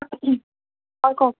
হয় কওকচোন